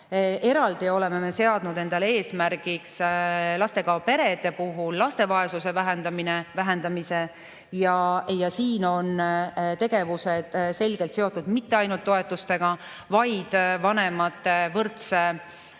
Eraldi oleme seadnud endale eesmärgiks lastega perede puhul laste vaesuse vähendamise. Siin on tegevused selgelt seotud mitte ainult toetustega, vaid ka vanemate võrdse